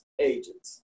agents